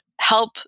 help